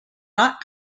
not